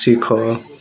ଶିଖ